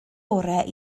orau